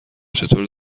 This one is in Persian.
چطور